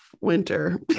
winter